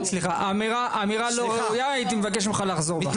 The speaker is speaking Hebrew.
סליחה, אמירה לא ראויה, הייתי מבקש ממך לחזור בה.